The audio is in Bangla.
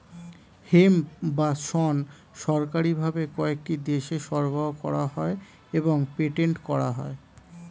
হেম্প বা শণ সরকারি ভাবে কয়েকটি দেশে সরবরাহ করা হয় এবং পেটেন্ট করা হয়